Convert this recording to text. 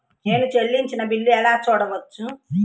నేను చెల్లించిన బిల్లు ఎలా చూడవచ్చు?